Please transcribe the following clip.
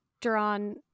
drawn